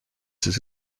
his